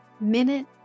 minute